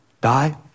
die